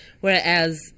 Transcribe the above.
whereas